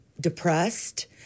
depressed